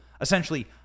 essentially